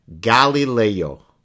Galileo